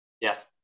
Yes